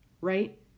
right